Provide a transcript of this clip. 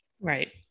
right